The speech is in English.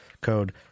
code